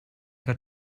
got